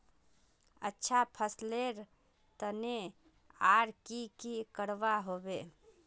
अच्छा फसलेर तने आर की की करवा होबे?